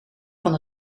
van